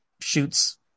shoots